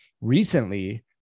recently